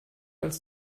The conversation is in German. als